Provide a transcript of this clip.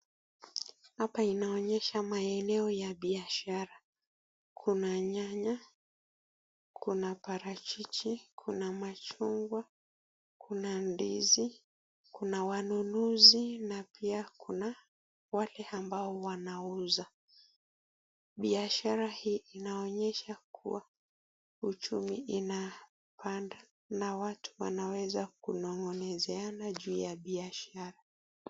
Hapa inaonyesha maeneo ya biashara. Kuna nyanya, kuna parachichi, kuna machungwa, kuna ndizi, kuna wanunuzi na pia kuna wale ambao wanauza. Biashara hii inaonyesha kuwa uchumi inapanda na watu wanaweza kunong'onezeana juu ya biashara.